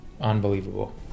unbelievable